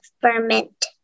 ferment